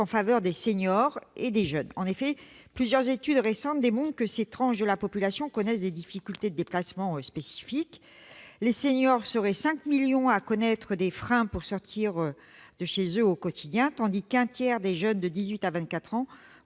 des seniors et des jeunes. En effet, plusieurs études récentes démontrent que ces tranches de la population connaissent des difficultés de déplacement spécifiques : les seniors seraient 5 millions à subir des freins pour sortir de chez eux au quotidien, tandis qu'un tiers des jeunes de 18 à 24 ans